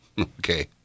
Okay